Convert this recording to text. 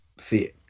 See